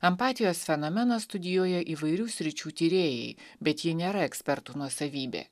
empatijos fenomeno studijuoja įvairių sričių tyrėjai bet ji nėra ekspertų nuosavybė